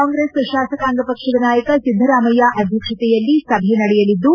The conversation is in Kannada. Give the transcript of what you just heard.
ಕಾಂಗ್ರೆಸ್ ಶಾಸಕಾಂಗ ಪಕ್ಷದ ನಾಯಕ ಸಿದ್ದರಾಮಯ್ಯ ಅಧ್ಯಕ್ಷತೆಯಲ್ಲಿ ಸಭೆ ನಡೆಯಲಿದ್ದು